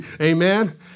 Amen